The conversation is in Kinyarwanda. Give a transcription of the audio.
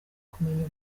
kumenya